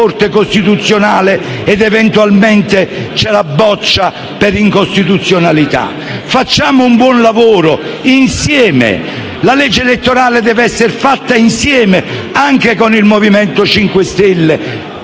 costituzionale a bocciare il provvedimento per incostituzionalità; facciamo un buon lavoro insieme. La legge elettorale deve essere fatta insieme, anche con il Movimento 5 Stelle.